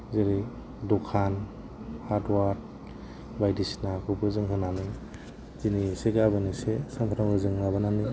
जेरै दखान हार्डवार बाइदिसिनाखौबो जों होनानै दिनै एसे गाबोन एसे सामफ्रामबो जोङो माबानानै